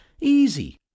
easy